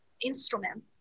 instrument